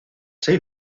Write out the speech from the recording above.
seis